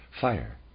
fire